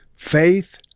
faith